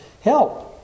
help